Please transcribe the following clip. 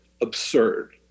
absurd